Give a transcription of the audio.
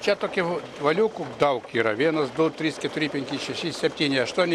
čia tokie valiukų daug yra vienas du trys keturi penki šeši septyni aštuoni